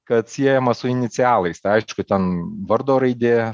kad siejama su inicialais tai aišku ten vardo raidė